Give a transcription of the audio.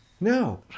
No